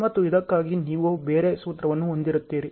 ಮತ್ತು ಇದಕ್ಕಾಗಿ ನೀವು ಬೇರೆ ಸೂತ್ರವನ್ನು ಹೊಂದಿರುತ್ತೀರಿ